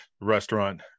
restaurant